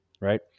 right